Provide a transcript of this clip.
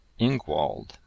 Ingwald